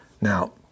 Now